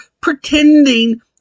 pretending